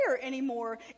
anymore